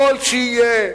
יכול שיהיה,